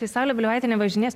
tai saulė bliuvaitė nevažinės